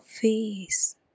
face